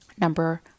Number